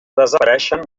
desapareixen